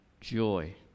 joy